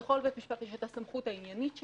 לכל בית משפט יש סמכות עניינית שלו,